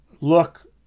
look